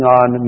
on